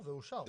זה אושר.